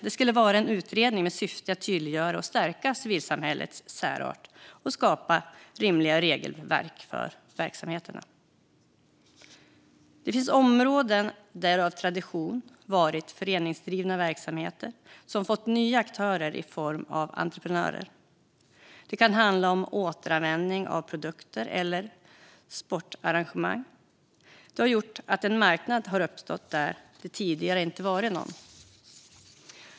Det borde göras en utredning med syfte att tydliggöra och stärka civilsamhällets särart och skapa rimliga regelverk för verksamheterna. Det finns områden där verksamheterna av tradition har varit föreningsdrivna och som har fått nya aktörer i form av entreprenörer. Det kan handla om återanvändning av produkter eller om sportarrangemang. Detta har gjort att det har uppstått en marknad där det tidigare inte har funnits någon.